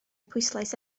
pwyslais